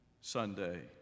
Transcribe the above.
Sunday